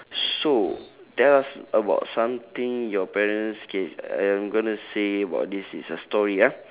so tell us about something your parents okay I I'm gonna say about this is a story ah